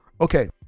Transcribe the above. okay